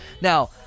Now